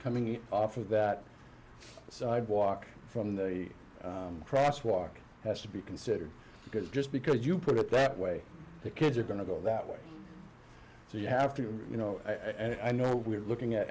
coming off of that sidewalk from the cross walk that's to be considered because just because you put it that way the kids are going to go that way so you have to you know and i know we're looking at